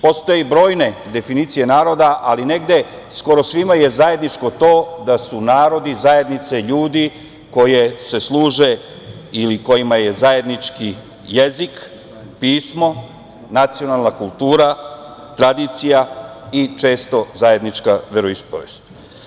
Postaje brojne definicije naroda, ali negde skoro svima je zajedničko to da su narodi zajednice ljudi koje se služe ili kojima je zajednički jezik, pismo, nacionalna kultura, tradicija i često zajednička veroispovest.